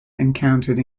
encountered